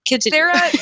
Sarah